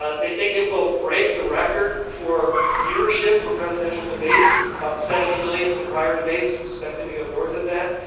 ah they think it will break the record for viewership for presidential debates, about seventy million from prior debates, expected to go north of that.